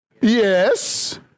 Yes